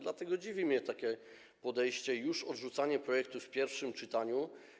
Dlatego dziwi mnie takie podejście, czyli odrzucanie projektu już w pierwszym czytaniu.